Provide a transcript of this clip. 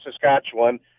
Saskatchewan